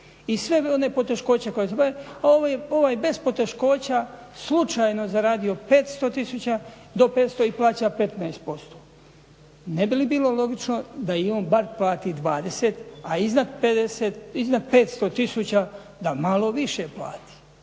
i sve one poteškoće koje … ovo je bez poteškoća slučajno zaradio 500 000, do 500 ih plaća 15%. Ne bi li bilo logično da i on bar plati 20, a iznad 500 000 da malo više plati.